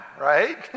right